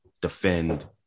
defend